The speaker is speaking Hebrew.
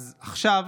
אז עכשיו,